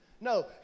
No